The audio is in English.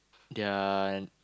their